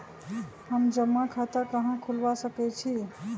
हम जमा खाता कहां खुलवा सकई छी?